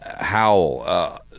Howell—